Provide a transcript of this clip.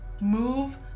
Move